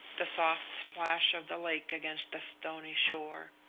the soft splash of the lake against the stony shore.